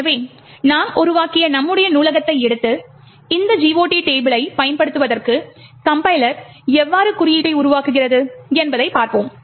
எனவே நாம் உருவாக்கிய நம்முடைய நூலகத்தை எடுத்து இந்த GOT டேபிளைப் பயன்படுத்துவதற்கு கம்பைலர் எவ்வாறு குறியீட்டை உருவாக்குகிறது என்பதைப் பார்ப்போம்